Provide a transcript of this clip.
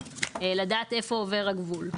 כדי לדעת איפה עובר הגבול.